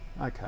Okay